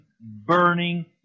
burning